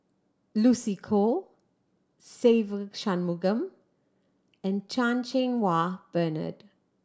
Lucy Koh Se Ve Shanmugam and Chan Cheng Wah Bernard